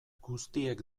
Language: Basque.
guztiek